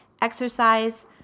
exercise